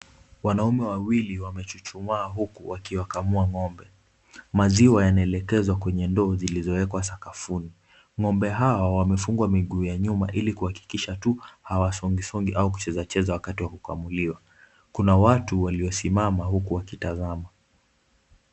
Wanaume wawili wamechuchumaa huku wakiwakamua ng'ombe, maziwa yanaelekezwa kwenye ndoo zilizowekwa sakafuni, ng'ombe hao wamefungwa miguu ya nyuma ili kuhakikisha tu hawa songi songi au kucheza cheza wakati wa kukamuliwa, kuna watu walio simama huku wakitazama .